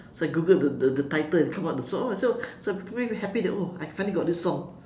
so I googled the the the title and come out the song oh I say so I'm really happy that oh I finally got this song